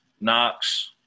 Knox